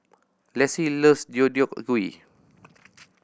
Lacy loves Deodeok Gui